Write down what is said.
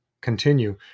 continue